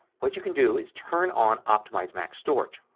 what you can do is turn on optimize mac storage.